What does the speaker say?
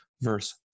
verse